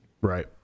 Right